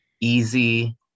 easy